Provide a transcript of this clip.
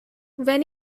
when